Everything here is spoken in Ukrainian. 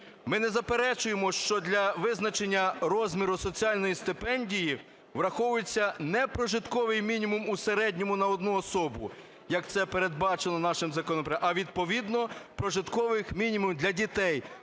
Ми не заперечуємо, що для визначення розміру соціальної стипендії враховується не прожитковий мінімум у середньому на одну особу, як це передбачено нашим законопроектом, а відповідно прожиткових мінімумів для дітей